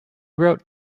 wrote